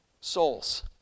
souls